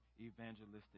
evangelistic